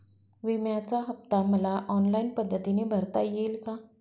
विम्याचा हफ्ता मला ऑनलाईन पद्धतीने भरता येईल का?